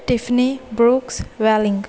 tiffany brooks welling